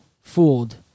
fooled